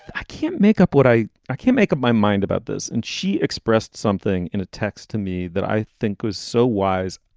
i can't make up what i i can't make up my mind about this. and she expressed something in a text to me that i think was so wise.